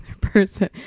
person